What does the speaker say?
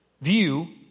view